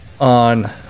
On